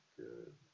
good